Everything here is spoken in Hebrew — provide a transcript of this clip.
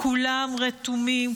כולם רתומים,